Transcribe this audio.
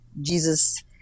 Jesus